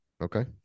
Okay